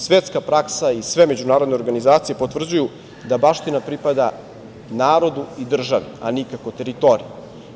Svetska praska i sve međunarodne organizacije potvrđuju da baština pripada narodu i državi, a nikako teritoriji.